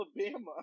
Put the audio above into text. alabama